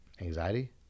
Anxiety